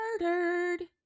murdered